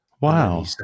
Wow